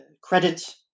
credit